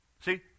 See